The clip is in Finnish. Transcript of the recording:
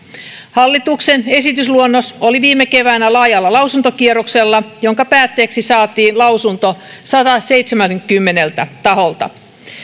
hallituksen esitysluonnos oli viime keväänä laajalla lausuntokierroksella jonka päätteeksi saatiin lausunto sadaltaseitsemältäkymmeneltä taholta